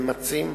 ממצים,